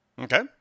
Okay